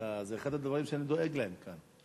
זה אחד הדברים שאני דואג להם כאן,